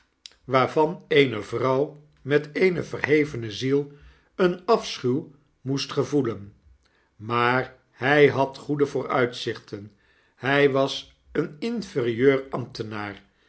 waarvan eene vrouw met eene verhevene ziel een afschuw moest gevoelen maar hij had goede vooruitzichten hij was een inferieur ambtenaar